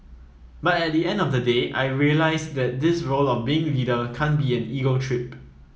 but at the end of the day I realised that this role of being leader can't be an ego trip